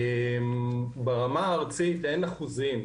ברמה הארצית אין אחוזים,